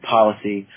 Policy